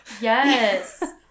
Yes